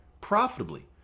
profitably